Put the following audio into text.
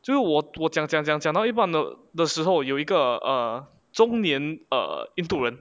就我我讲讲讲讲到一半的的时候有一个 err 中年 err 印度人